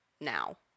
now